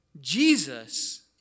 Jesus